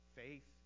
faith